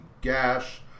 gash